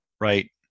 Right